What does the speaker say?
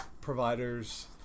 provider's